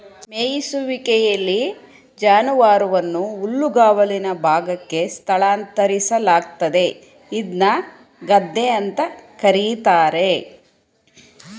ಮೆಯಿಸುವಿಕೆಲಿ ಜಾನುವಾರುವನ್ನು ಹುಲ್ಲುಗಾವಲಿನ ಭಾಗಕ್ಕೆ ಸ್ಥಳಾಂತರಿಸಲಾಗ್ತದೆ ಇದ್ನ ಗದ್ದೆ ಅಂತ ಕರೀತಾರೆ